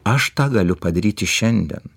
aš tą galiu padaryti šiandien